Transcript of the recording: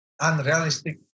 unrealistic